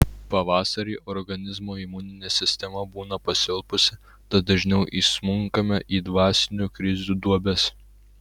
pavasarį organizmo imuninė sistema būna pasilpusi tad dažniau įsmunkame į dvasinių krizių duobes